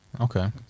Okay